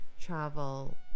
travel